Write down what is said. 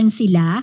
sila